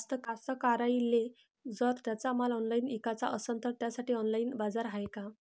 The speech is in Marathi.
कास्तकाराइले जर त्यांचा माल ऑनलाइन इकाचा असन तर त्यासाठी ऑनलाइन बाजार हाय का?